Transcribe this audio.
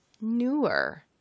newer